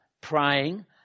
praying